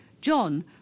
John